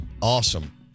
awesome